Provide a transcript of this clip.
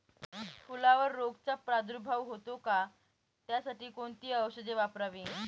फुलावर रोगचा प्रादुर्भाव होतो का? त्यासाठी कोणती औषधे वापरावी?